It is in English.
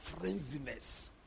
frenziness